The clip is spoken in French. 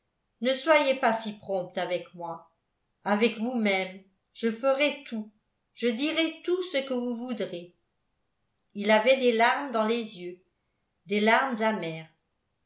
ne soyez pas si prompte avec moi avec vous-même je ferai tout je dirai tout ce que vous voudrez il avait des larmes dans les yeux des larmes amères